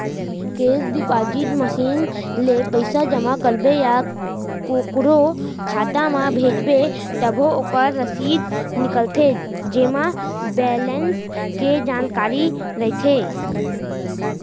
cash deposit machine ले पइसा जमा करबे या कोकरो खाता म भेजबे तभो ओकर रसीद निकलथे जेमा बेलेंस के जानकारी रइथे